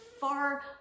far